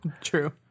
True